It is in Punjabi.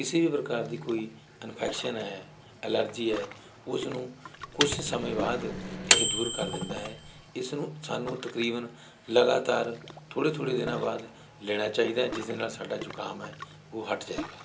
ਕਿਸੇ ਵੀ ਪ੍ਰਕਾਰ ਦੀ ਕੋਈ ਇਨਫੈਕਸ਼ਨ ਹੈ ਐਲਰਜੀ ਹੈ ਉਸਨੂੰ ਕੁਛ ਸਮੇਂ ਬਾਅਦ ਇਹ ਦੂਰ ਕਰ ਦਿੰਦਾ ਹੈ ਇਸ ਨੂੰ ਸਾਨੂੰ ਤਕਰੀਬਨ ਲਗਾਤਾਰ ਥੋੜ੍ਹੇ ਥੋੜ੍ਹੇ ਦਿਨਾਂ ਬਾਅਦ ਲੈਣਾ ਚਾਹੀਦਾ ਹੈ ਜਿਸ ਦੇ ਨਾਲ ਸਾਡਾ ਜ਼ੁਕਾਮ ਹੈ ਉਹ ਹੱਟ ਜਾਏਗਾ